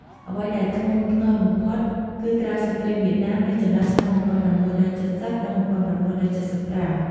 អ្វីដែលធ្ងន់ធ្ងរបំផុតគឺក្រោយសង្រ្គាមវៀតណាមនៅចន្លោះឆ្នាំ ១៩៧០ និង ១៩៧៥ ។